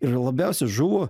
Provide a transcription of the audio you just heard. ir labiausia žuvo